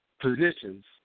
Positions